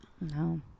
No